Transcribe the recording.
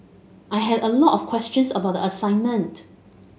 I had a lot of questions about the assignment